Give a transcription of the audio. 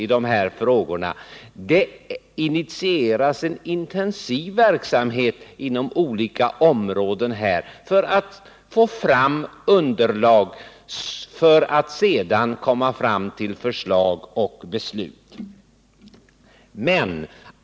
En intensiv verksamhet initieras inom olika områden för att få fram underlag för förslag och beslut.